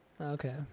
Okay